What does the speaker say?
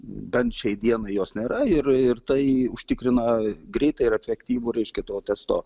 bent šiai dienai jos nėra ir ir tai užtikrina greitą ir efektyvų reiškia to testo